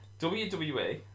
WWE